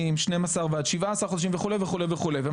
הנתונים מבהירים בצורה מאוד ברורה את נחיצות התיקון.